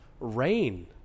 Rain